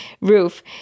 roof